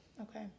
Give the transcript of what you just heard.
Okay